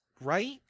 right